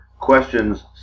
questions